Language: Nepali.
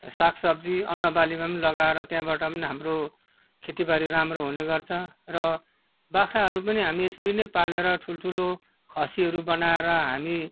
साग सब्जी अन्न बालीमा पनि लगाएर त्यहाँबाट पनि हाम्रो खेतिबाली राम्रो हुनेगर्छ र बाख्राहरू पनि हामी यसरी नै पालेर ठुल्ठुलो खसीहरू बनाएर हामी